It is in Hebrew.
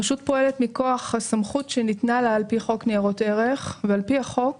הרשות פועלת מכוח הסמכות שניתנה לה על פי חוק ניירות ערך ועל פי החוק